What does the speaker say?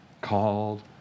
called